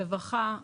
רווחה,